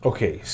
Okay